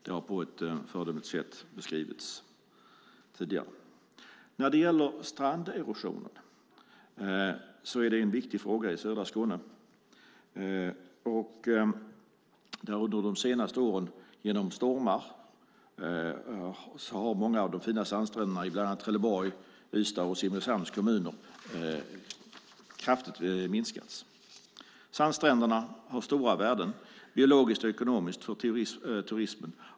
Det har på ett föredömligt sätt beskrivits tidigare. Stranderosionen är en viktig fråga i södra Skåne. Under de senaste åren har många av de fina sandstränderna i bland annat Trelleborg, Ystad och Simrishamn kraftigt minskats genom stormar. Sandstränderna har stora värden biologiskt och ekonomiskt för turismen.